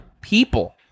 people